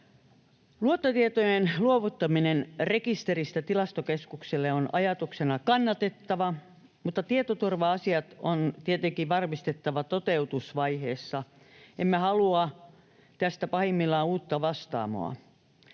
Luottotietojen luovuttaminen rekisteristä Tilastokeskukselle on ajatuksena kannatettava, mutta tietoturva-asiat on tietenkin varmistettava toteutusvaiheessa. Emme halua tästä pahimmillaan uutta Vastaamoa.